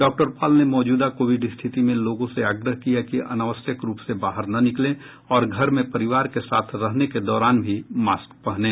doctor Paul ने मौजूदा Covid स्थिति में लोगों से आग्रह किया कि अनावश्यक रूप से बाहर न निकलें और घर में परिवार के साथ रहने के दौरान भी मास्क पहनें